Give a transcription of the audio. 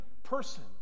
person